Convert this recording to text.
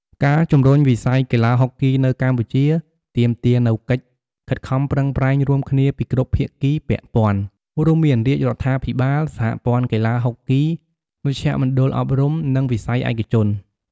ការជំរុញវិស័យកីឡាហុកគីនៅកម្ពុជាទាមទារនូវកិច្ចខិតខំប្រឹងប្រែងរួមគ្នាពីគ្រប់ភាគីពាក់ព័ន្ធ រួមមានរាជរដ្ឋាភិបាល សហព័ន្ធកីឡាហុកគី មជ្ឈមណ្ឌលអប់រំ និងវិស័យឯកជន។